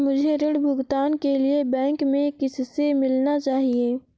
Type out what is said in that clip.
मुझे ऋण भुगतान के लिए बैंक में किससे मिलना चाहिए?